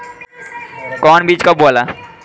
कौन बीज कब बोआला?